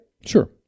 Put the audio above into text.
Sure